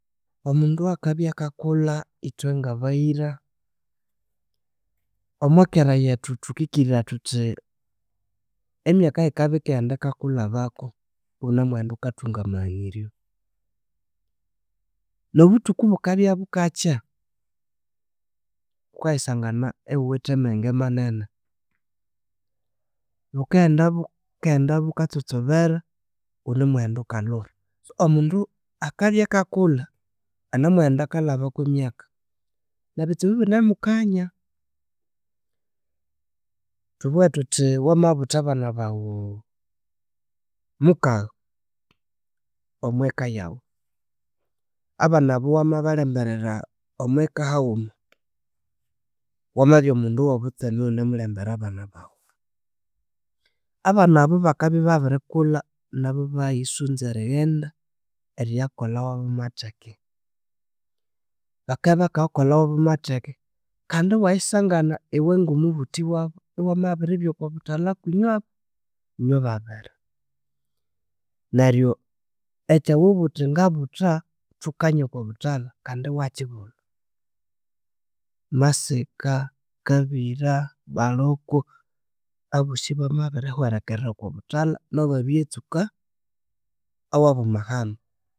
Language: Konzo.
Omundu akabya akakulha ithwe ngabayira omokera yethu thukikiriraya thuthi emyaka yikabya yikaghenda yikakulhabako, iwunamuwenda wukathunga amaghaniryo. Nobuthuku bukabya bukakya wukayisangana iwuwithe menge manene. Bukeghenda bukeghenda bukatsotsobera wunimughenda wukalhuha. So omundu akabya akakulha anemughenda akalhaba kwemyaka nebitsibu ibinamukanya. Thubuwe thuthi wamabutha abana bawu mukagha omweka yawu abanabu wama balemberera omweka haghuma, wamabya omundu owobutseme wunimulembera abanabawu. Abanabu bakabya ibabirikulha nabu ibayisunza erighenda eriyakolha owabu matheke. Baka bakayakolha owabu matheke kandi iwayisangana iwengomubuthi wabu iwamabiribya okobuthalha kwinywaba inywe babiri, neryo ekyowabu wuthi ngabutha thukanye okobuthalha iwakyibulha masika, kabiira, baluku, abosi bamabiri hwerekerera okobuthalha nabu babiriyatsuka awabu mahano